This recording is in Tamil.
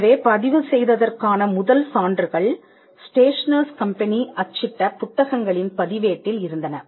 எனவே பதிவு செய்ததற்கான முதல் சான்றுகள் ஸ்டேஷனர்ஸ் கம்பெனி அச்சிட்ட புத்தகங்களின் பதிவேட்டில் இருந்தன